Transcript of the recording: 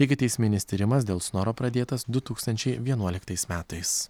ikiteisminis tyrimas dėl snoro pradėtas du tūkstančiai vienuoliktais metais